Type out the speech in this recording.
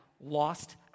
lost